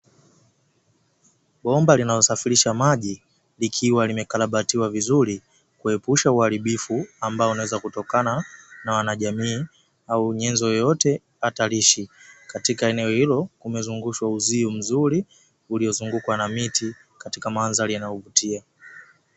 Bomba linalosafirisha maji likiwa limekarabatiwa vizuri kuepusha uharibifu ambao unaweza kutokana na wanajamii au nyenzo yeyote hatarishi, katika eneo hilo kumezungushwa uzio mzuri uliozungukwa na miti katika mandhari inayovutia.